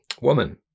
Woman